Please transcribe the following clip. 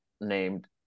named